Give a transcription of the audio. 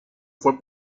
fue